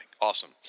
awesome